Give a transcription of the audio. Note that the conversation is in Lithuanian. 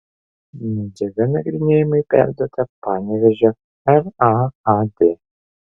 medžiaga nagrinėjimui perduota panevėžio raad